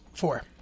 Four